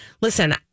Listen